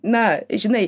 na žinai